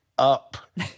up